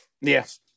Yes